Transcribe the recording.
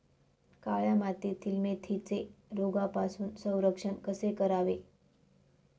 काळ्या मातीतील मेथीचे रोगापासून संरक्षण कसे करावे?